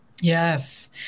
Yes